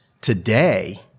today